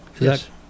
yes